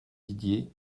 didier